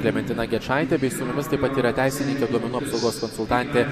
klementina gečaite bei su mumis taip pat yra teisininkė duomenų apsaugos konsultantė